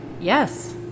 Yes